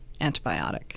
antibiotic